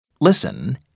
Listen